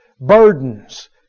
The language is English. burdens